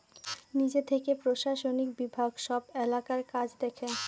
নিজে থেকে প্রশাসনিক বিভাগ সব এলাকার কাজ দেখে